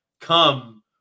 come